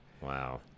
Wow